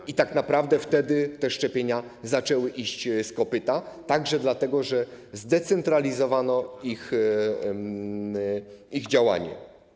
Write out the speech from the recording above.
I tak naprawdę wtedy te szczepienia zaczęły iść z kopyta - także dlatego, że zdecentralizowano te działania.